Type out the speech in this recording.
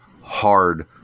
hard